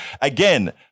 Again